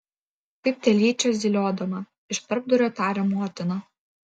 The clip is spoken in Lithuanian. kaip telyčia zyliodama iš tarpdurio taria motina